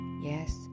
yes